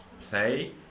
play